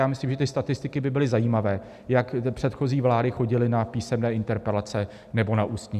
Já myslím, že ty statistiky by byly zajímavé, jak předchozí vlády chodily na písemné interpelace nebo na ústní.